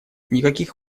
никаких